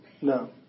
no